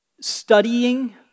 studying